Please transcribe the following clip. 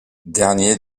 dernier